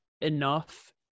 enough